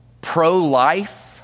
pro-life